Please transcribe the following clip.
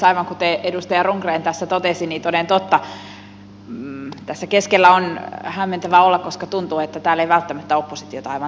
aivan kuten edustaja rundgren tässä totesi niin toden totta tässä keskellä on hämmentävää olla koska tuntuu että täällä ei välttämättä oppositiota aivan tarvittaisikaan